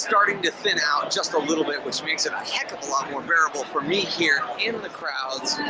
starting to thin out just a little bit, which makes it a heckuva lot more bearable for me here in the crowds.